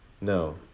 No